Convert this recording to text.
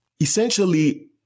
essentially